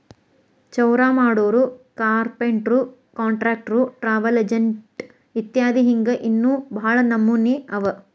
ಚೌರಾಮಾಡೊರು, ಕಾರ್ಪೆನ್ಟ್ರು, ಕಾನ್ಟ್ರಕ್ಟ್ರು, ಟ್ರಾವಲ್ ಎಜೆನ್ಟ್ ಇತ್ಯದಿ ಹಿಂಗ್ ಇನ್ನೋ ಭಾಳ್ ನಮ್ನೇವ್ ಅವ